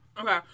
Okay